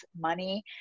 money